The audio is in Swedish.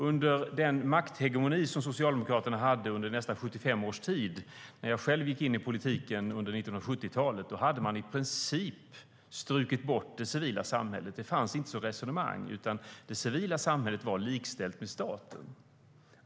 Under den makthegemoni som Socialdemokraterna hade under nästan 75 års tid, bland annat under 1970-talet när jag själv gick in i politiken, strök man i princip bort det civila samhället. Det fanns inte som resonemang, utan det civila samhället var likställt med staten.